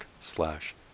slash